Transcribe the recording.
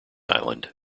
island